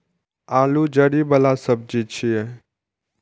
आलू जड़ि बला सब्जी छियै